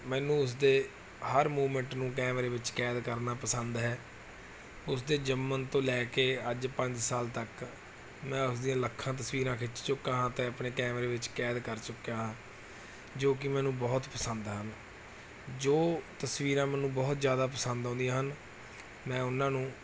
ਮੈਨੂੰ ਉਸ ਦੇ ਹਰ ਮੂਵਮੈਂਟ ਨੂੰ ਕੈਮਰੇ ਵਿੱਚ ਕੈਦ ਕਰਨਾ ਪਸੰਦ ਹੈ ਉਸ ਦੇ ਜੰਮਣ ਤੋਂ ਲੈ ਕੇ ਅੱਜ ਪੰਜ ਸਾਲ ਤੱਕ ਮੈਂ ਉਸ ਦੀਆਂ ਲੱਖਾਂ ਤਸਵੀਰਾਂ ਖਿੱਚ ਚੁੱਕਾ ਹਾਂ ਅਤੇ ਆਪਣੇ ਕੈਮਰੇ ਵਿੱਚ ਕੈਦ ਕਰ ਚੁੱਕਿਆ ਹਾਂ ਜੋ ਕਿ ਮੈਨੂੰ ਬਹੁਤ ਪਸੰਦ ਹਨ ਜੋ ਤਸਵੀਰਾਂ ਮੈਨੂੰ ਬਹੁਤ ਜ਼ਿਆਦਾ ਪਸੰਦ ਆਉਂਦੀਆਂ ਹਨ ਮੈਂ ਉਹਨਾਂ ਨੂੰ